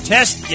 Test